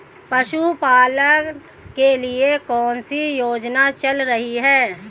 पशुपालन के लिए कौन सी योजना चल रही है?